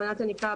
הבנת הנקרא,